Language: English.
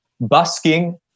busking